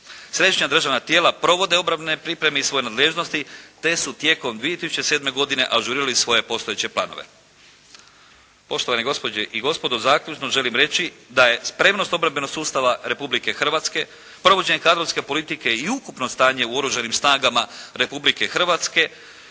Središnja državna tijela provode obrambene pripreme iz svoje nadležnosti, te su tijekom 2007. godine ažurirali svoje postojeće planove. Poštovane gospođe i gospodo zaključno želim reći da je spremnost obrambenog sustava Republike Hrvatske provođenje kadrovske politike i ukupno stanje u Oružanim snagama Republike Hrvatske,